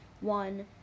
one